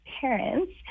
parents